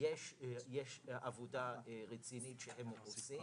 יש עבודה רצינית שהם עושים,